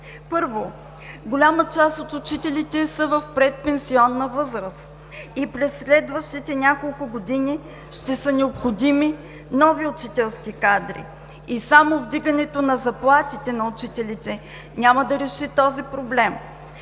Първо, голяма част от учителите са в предпенсионна възраст, а през следващите няколко години ще са необходими нови учителски кадри и само вдигането на заплатите на учителите няма да реши този проблем.